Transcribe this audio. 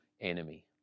enemy